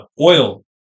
oil